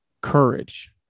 courage